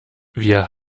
wir